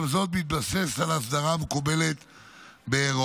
גם זאת בהתבסס על האסדרה המקובלת באירופה.